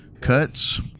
Cuts